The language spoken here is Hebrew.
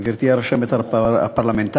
גברתי הרשמת הפרלמנטרית,